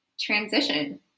transition